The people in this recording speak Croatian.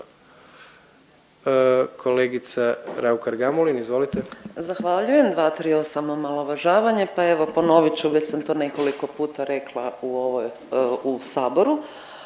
**Raukar-Gamulin, Urša (Možemo!)** Zahvaljujem. 238. omalovažavanje. Pa evo ponovit ću već sam to nekoliko puta rekla u Saboru.